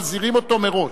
מזהירים אותו מראש.